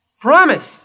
promise